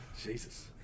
Jesus